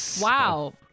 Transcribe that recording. Wow